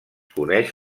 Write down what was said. coneix